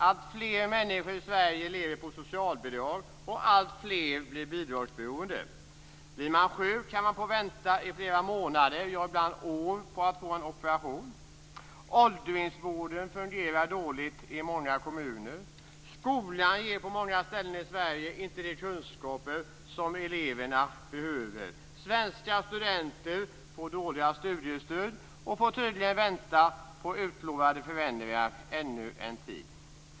Alltfler människor i Sverige lever på socialbidrag, och alltfler blir bidragberoende. Blir man sjuk kan man få vänta i flera månader, ja, ibland i år, på att få en operation. Åldringsvården fungerar dåligt i många kommuner. Skolan ger på många ställen i Sverige inte de kunskaper som eleverna behöver. Svenska studenter får dåliga studiestöd och får tydligen vänta på utlovade förändringar ännu en tid.